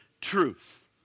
truth